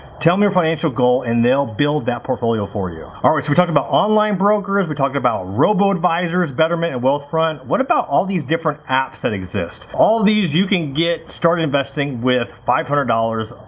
tell them your financial goal, and they'll build that portfolio for you. all right, so we talked about online brokers, we're talking about robo-advisors, betterment and wealthfront, what about all these different apps that exist. all these you can get started investing with five hundred dollars,